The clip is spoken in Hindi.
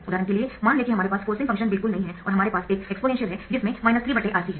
उदाहरण के लिए मान ले कि हमारे पास फोर्सिंग फंक्शन बिल्कुल नहीं है और हमारे पास एक एक्सपोनेंशियल है जिसमें 3Rc है